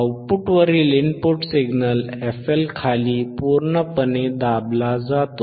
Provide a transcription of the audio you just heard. आउटपुटवरील input signal fL खाली पूर्णपणे दाबला जातो